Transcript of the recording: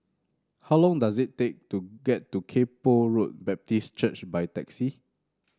how long does it take to get to Kay Poh Road Baptist Church by taxi